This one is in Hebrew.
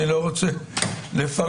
אני לא רוצה לפרש.